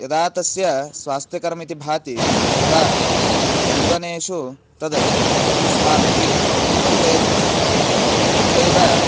यदा तस्य स्वास्थ्यकरम् इति भाति तदा जीवनेषु तद् अस्माभिः वर्धयितुं शक्यते तथैव